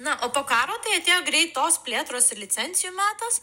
na o po karo tai atėjo greitos plėtros ir licencijų metas